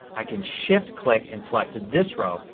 i can shift click and select this row.